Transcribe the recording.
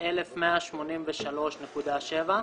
1,183.7,